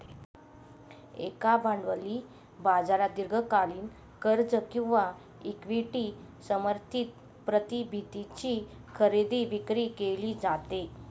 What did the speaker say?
एका भांडवली बाजारात दीर्घकालीन कर्ज किंवा इक्विटी समर्थित प्रतिभूतींची खरेदी विक्री केली जाते